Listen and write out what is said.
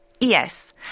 Yes